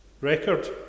record